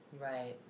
Right